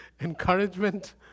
encouragement